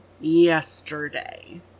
yesterday